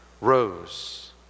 rose